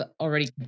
already